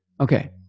okay